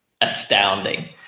Astounding